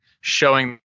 showing